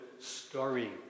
story